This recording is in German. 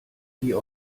wie